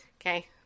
Okay